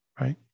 right